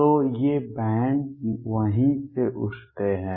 तो ये बैंड वहीं से उठते हैं